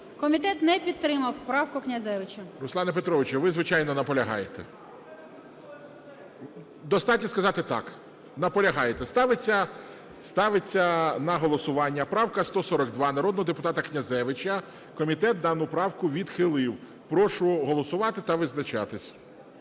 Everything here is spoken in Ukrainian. Комітет не підтримав правку Князевича. ГОЛОВУЮЧИЙ. Руслане Петровичу, ви, звичайно, наполягаєте? Достатньо сказати "так". Наполягаєте. Ставиться на голосування правка 142 народного депутата Князевича. Комітет дану правку відхилив. Прошу голосувати та визначатись.